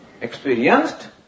experienced